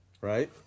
right